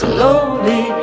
Slowly